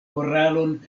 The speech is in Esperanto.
moralon